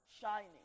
shining